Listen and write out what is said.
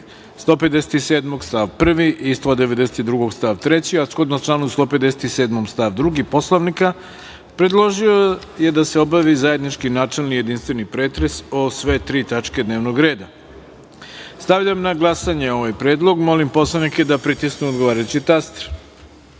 157. i stav 1. i 192. stav 3, a shodno članu 157. stav 2. Poslovnika, predložio je da se obavi zajednički načelni i jedinstveni pretres o sve tri tačka dnevnog reda. Stavljam na glasanje ovaj predlog. Molim poslanike da pritisnu odgovarajući